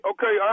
Okay